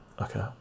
Okay